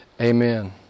Amen